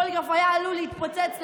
הפוליגרף היה עלול להתפוצץ,